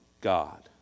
God